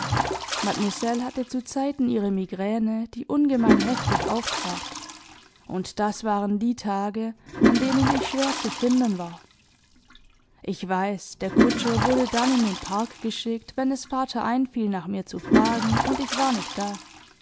mademoiselle hatte zuzeiten ihre migräne die ungemein heftig auftrat und das waren die tage an denen ich schwer zu finden war ich weiß der kutscher wurde dann in den park geschickt wenn es vater einfiel nach mir zu fragen und ich war nicht da